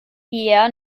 eher